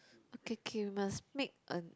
okay okay you must make a